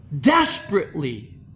desperately